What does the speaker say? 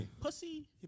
pussy